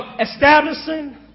establishing